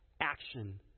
action